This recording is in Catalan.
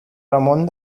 ramon